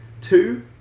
two